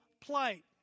plight